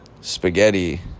spaghetti